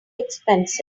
expensive